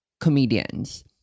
comedians